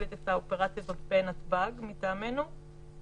מנהלת את האופרציה הזאת מנתב"ג מטעמנו,